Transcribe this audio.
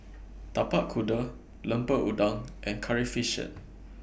Tapak Kuda Lemper Udang and Curry Fish Head